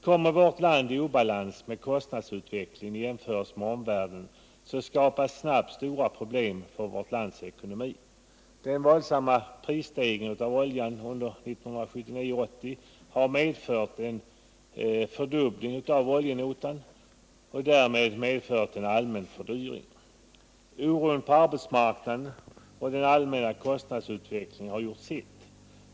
Kommer vårt land i obalans med kostnadsutvecklingen i omvärlden, skapas snabbt stora problem för vårt lands ekonomi. Den våldsamma prisstegringen på olja under 1979 och 1980 har medfört en fördubbling av oljenotan och därmed en allmän fördyring. Oron på arbetsmarknaden och den allmänna kostnadsutvecklingen har gjort sitt.